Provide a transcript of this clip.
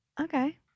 Okay